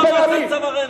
מדינת "חמאס" על צווארנו.